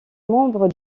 membre